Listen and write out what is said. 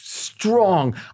Strong